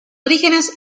orígenes